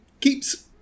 keeps